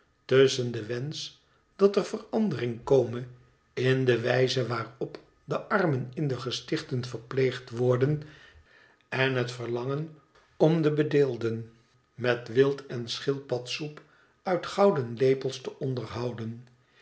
den wensch dat er verandering kome in de wijze waarp de armen in de gestichten verpleegd worden en het verlangen om de bedeelden met wild en schildpadsoep uit gouden lepels te onderhouden